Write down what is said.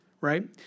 right